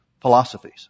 philosophies